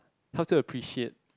how to appreciate